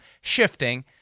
shifting